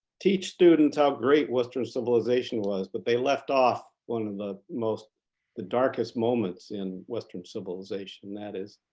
teach students how great western civilization was, but they left off one of the most the darkest moments in western civilization, that is,